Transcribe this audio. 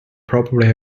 probably